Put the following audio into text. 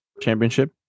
Championship